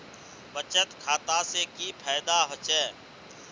बचत खाता से की फायदा होचे?